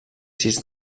sis